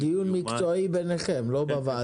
דיון מקצועי ביניכם, לא בוועדה.